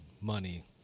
money